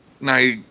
now